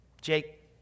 Jake